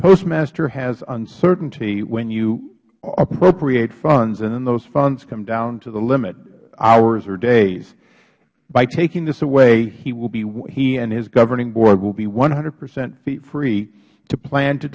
postmaster has uncertainty when you appropriate funds and then those fund come down to the limit hours or days by taking this away he and his governing board will be one hundred percent free to plan to